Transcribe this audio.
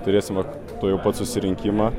turėsim vat tuojau pat susirinkimą